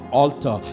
altar